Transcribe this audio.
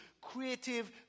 creative